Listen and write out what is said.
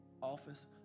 office